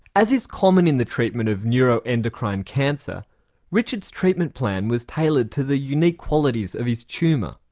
as is common in the treatment of neuroendocrine cancer richard's treatment plan was tailored to the unique qualities of his tumour.